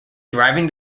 driving